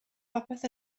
popeth